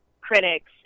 critics